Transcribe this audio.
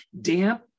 damp